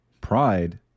Pride